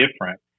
different